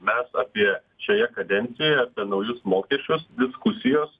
mes apie šioje kadencijoje naujus mokesčius diskusijos